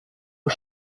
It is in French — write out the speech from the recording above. aux